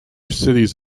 cities